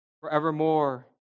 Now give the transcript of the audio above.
forevermore